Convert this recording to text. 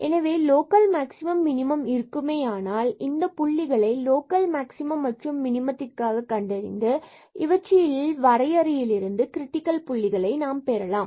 எனவே local maximum minimum இருக்குமேயானால் இந்த புள்ளிகளை லோக்கல் மேக்சிமம் மற்றும் மினிமத்திற்காக கண்டறிந்து இவற்றிலிருந்து நாம் வரையறையில் இருந்து கிரிட்டிக்கல் புள்ளிகளை பெறலாம்